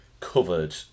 covered